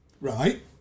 Right